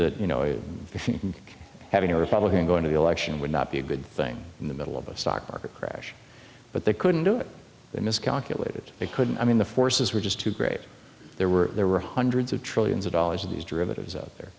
that you know it having a republican going to be election would not be a good thing in the middle of a stock market crash but they couldn't do it they miscalculated they couldn't i mean the forces were just too great there were there were hundreds of trillions of dollars of these derivatives out there